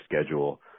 schedule